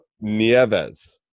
Nieves